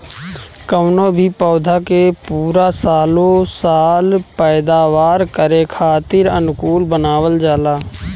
कवनो भी पौधा के पूरा सालो साल पैदावार करे खातीर अनुकूल बनावल जाला